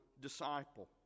disciple